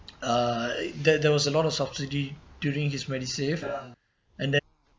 uh there there was a lot of subsidy using his MediSave and then